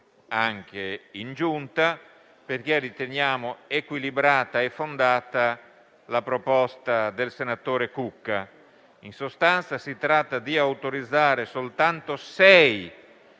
anche in Giunta, perché riteniamo equilibrata e fondata la proposta del senatore Cucca. In sostanza si tratta di autorizzare soltanto sei